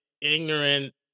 ignorant